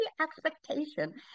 expectation